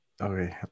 Okay